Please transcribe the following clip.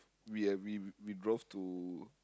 we ha~ we we drove to